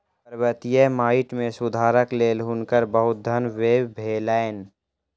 पर्वतीय माइट मे सुधारक लेल हुनकर बहुत धन व्यय भेलैन